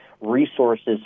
resources